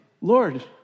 Lord